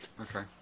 Okay